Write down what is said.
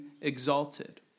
exalted